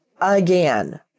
again